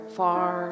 far